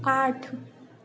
आठ